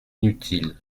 inutile